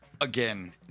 Again